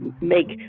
make